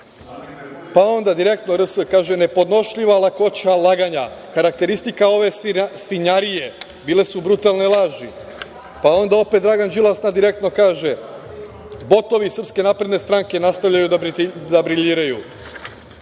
onda „Direktno.rs“ kaže: „Nepodnošljiva lakoća laganja, karakteristika ove svinjarije bile su brutalne laži“. Pa, onda, opet Dragan Đilas na „Direktno“ kaže: „Botovi Srpske napredne stranke nastavljaju da briljiraju“.Pa,